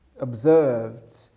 observed